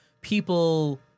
people